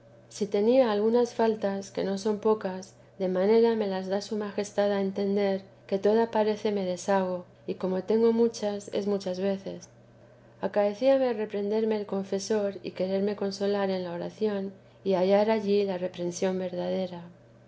si tenía algunas c vida be la santa madre faltas que no son pocas de manera me las da su majestad a entender que toda parece me deshago y como tengo muchas es muchas veces acaecíame reprenderme el confesor y quererme consolar en la oración y hallar allí la reprensión verdadera